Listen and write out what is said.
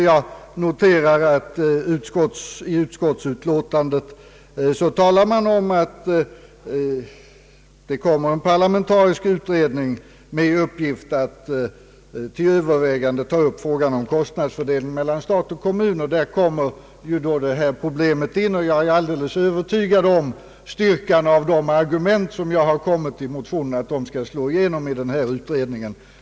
Jag noterade nämligen att man i utskottsutlåtandet talar om att tillsätta en parlamentarisk utredning med uppgift att till övervägande ta upp frågan om kostnadsfördelningen mellan stat och kommun. Här kommer detta problem in, och jag är alldeles övertygad om att styrkan i mina argument i motionen skall slå igenom i denna utredning.